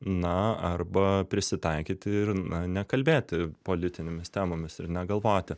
na arba prisitaikyti ir na nekalbėti politinėmis temomis ir negalvoti